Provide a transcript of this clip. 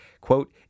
Quote